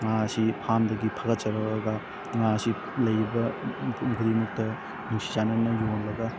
ꯉꯥ ꯑꯁꯤ ꯐꯥꯔꯝꯗꯒꯤ ꯐꯒꯠꯆꯔꯛꯑꯒ ꯉꯥ ꯑꯁꯤ ꯂꯩꯔꯤꯕ ꯃꯤꯄꯨꯝ ꯈꯨꯗꯤꯡꯃꯛꯇ ꯅꯨꯡꯁꯤ ꯆꯥꯟꯅꯅ ꯌꯣꯜꯂꯒ